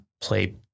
play